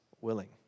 willing